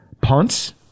Punts